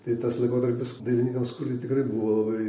tai tas laikotarpis dainininkams kurti tikrai buvo labai